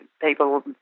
people